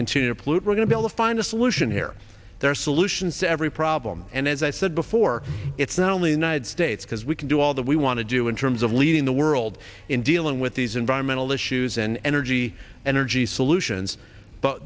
continue to pollute we're going to find a solution here there are solutions to every problem and as i said before it's not only united states because we can do all that we want to do in terms of leading the world in dealing with these environmental issues and energy energy solutions but